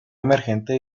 emergente